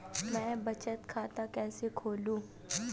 मैं बचत खाता कैसे खोलूँ?